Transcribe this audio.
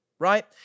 Right